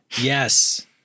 Yes